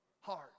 heart